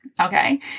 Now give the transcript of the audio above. Okay